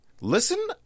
Listen